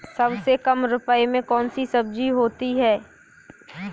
सबसे कम रुपये में कौन सी सब्जी होती है?